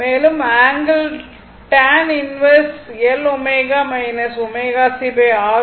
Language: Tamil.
மேலும் ஆங்கிள் tan 1 Lω ωcRω ஆக இருக்கும்